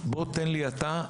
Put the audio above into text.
בוא תן לי, אתה,